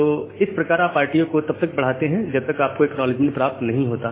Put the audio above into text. तो इस प्रकार आप RTO को तब तक बढ़ाते हैं जब तक आपको एक्नॉलेजमेंट प्राप्त नहीं होता